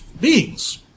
beings